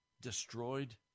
destroyed